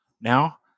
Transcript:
now